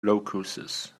locusts